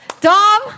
Dom